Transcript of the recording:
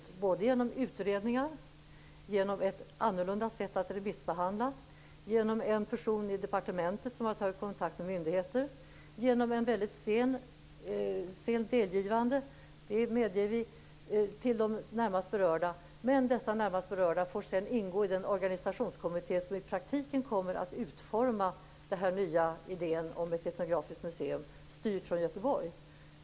Det är uppfyllt genom utredningar, genom ett annorlunda sätt att remissbehandla och genom att en person i departementet har tagit kontakt med myndigheter. Delgivandet till de närmast berörda var väldigt sent, det medger vi, men de närmast berörda får sedan ingå i den organisationskommitté som i praktiken kommer att utforma den nya idén om ett etnografiskt museum styrt från Göteborg.